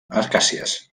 acàcies